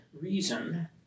reason